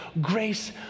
grace